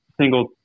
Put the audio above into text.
single